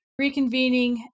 reconvening